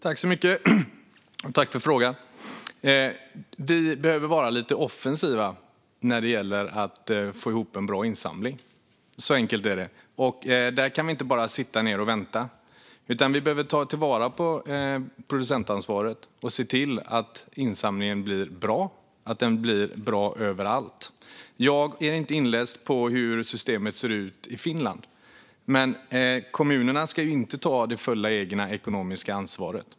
Fru talman! Tack, Magnus Ek, för frågan! Vi behöver vara lite offensiva när det gäller att få ihop en bra insamling. Så enkelt är det. Vi kan inte bara sitta ned och vänta, utan vi behöver ta till vara producentansvaret och se till att insamlingen blir bra överallt. Jag är inte inläst på hur systemet ser ut i Finland, men kommunerna ska inte ta det fulla egna ekonomiska ansvaret.